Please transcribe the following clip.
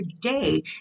day